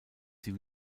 sie